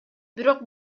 бирок